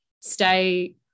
stay